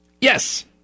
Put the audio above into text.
Yes